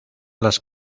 las